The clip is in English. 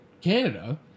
Canada